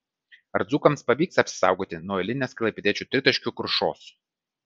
ar dzūkams pavyks apsisaugoti nuo eilinės klaipėdiečių tritaškių krušos